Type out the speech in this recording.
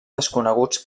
desconeguts